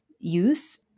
use